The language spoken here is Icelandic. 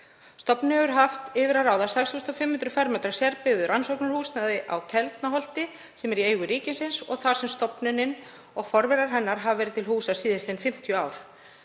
Stofnunin hefur haft yfir að ráða 6.500 m² sértryggðu rannsóknarhúsnæði á Keldnaholti sem er í eigu ríkisins, þar sem stofnunin og forverar hennar hafa verið til húsa síðastliðin 50 ár.